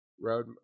road